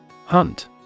Hunt